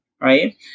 right